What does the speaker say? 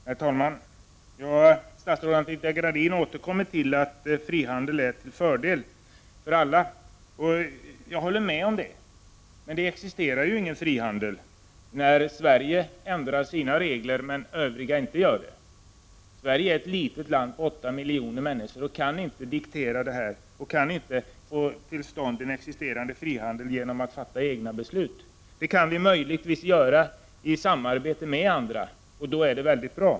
Herr talman! Statsrådet Anita Gradin återkommer till att frihandel är till fördel för alla. Jag håller med om det. Men det existerar ju ingen frihandel när Sverige ändrar sina regler och övriga länder inte gör det. Sverige är ett litet land med åtta miljoner människor och kan inte diktera villkor och få till stånd en frihandel genom att fatta egna beslut. Det kan vi möjligtvis göra i samarbete med andra, och då är det bra.